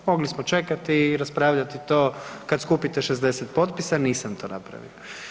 Mogli smo čekati i raspravljati to kad skupite 60 potpisa, nisam to napravio.